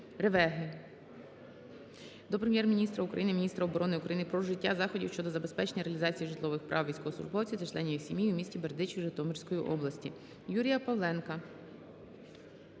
Ревеги до Прем'єр-міністра України, міністра оборони України про вжиття заходів щодо забезпечення реалізації житлових прав військовослужбовців та членів їх сімей у місті Бердичів Житомирської області. Юрія Павленка